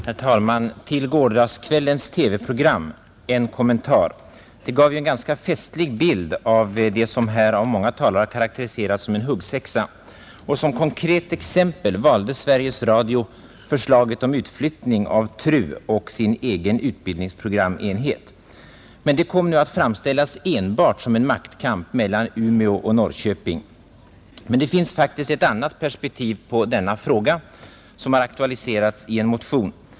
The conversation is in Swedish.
Herr talman! Till gårdagskvällens TV-program en kommentar. Det gav ju en ganska festlig bild av det som här av många talare karakteriserats som en huggsexa, Som konkret exempel valde Sveriges Radio förslaget om utflyttning av TRU och sin egen utbildningsenhet. Men det kom nu att framställas enbart som en maktkamp mellan Umeå och Norrköping. Det finns emellertid faktiskt ett annat perspektiv på denna fråga som har aktualiserats i en motion.